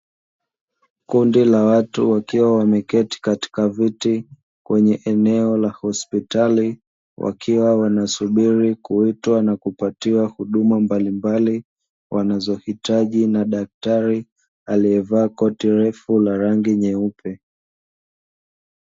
Kundi la watu wakiwa wameketi katika viti kwenye eneo la hospitali, wakiwa wanasubiri kuitwa na kupatiwa huduma mbalimbali , wanazohitaji na daktari aliyevaa koti refu la rangi nyeupe.